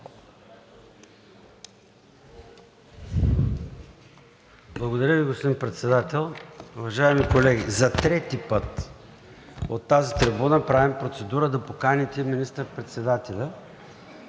Благодаря Ви, господин Председател. Уважаеми колеги, за трети път от тази трибуна правим процедура да поканите министър-председателя